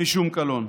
משום קלון".